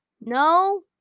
No